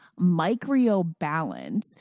microbalance